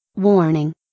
Warning